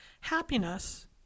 Happiness